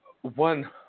one